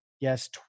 yes